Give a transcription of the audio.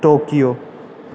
Tokyo